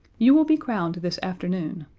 you will be crowned this afternoon,